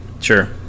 Sure